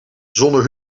zonder